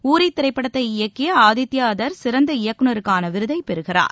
ஊரி திரைப்படத்தை இயக்கிய ஆதித்யா தர் சிறந்த இயக்குநருக்கான விருதைப் பெறுகிறார்